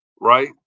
right